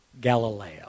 Galileo